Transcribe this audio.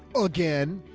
again,